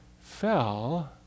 fell